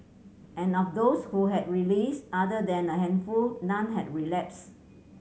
and of those who have released other than a handful none had relapsed